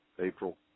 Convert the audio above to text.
April